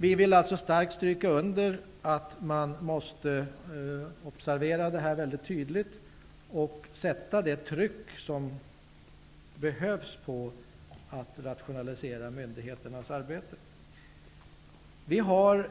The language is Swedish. Vi vill starkt stryka under att man måste observera följderna mycket tydligt och sätta det tryck som behövs på verksamheten med att rationalisera myndigheternas arbete. Vi